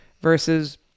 versus